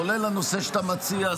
כולל הנושא שאתה מציע,